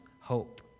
hope